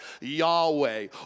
Yahweh